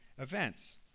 events